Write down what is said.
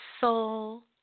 soul